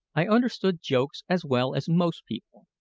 i understood jokes as well as most people.